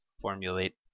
formulate